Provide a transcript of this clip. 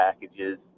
packages